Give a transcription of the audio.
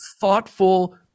thoughtful